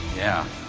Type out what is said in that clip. yeah.